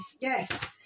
yes